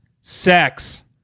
sex